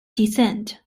descent